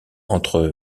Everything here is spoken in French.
entre